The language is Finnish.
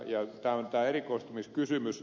tämä on erikoistumiskysymys